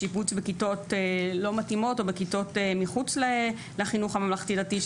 שיבוץ בכיתות לא מתאימות או בכיתות מחוץ לחינוך הממלכתי-דתי,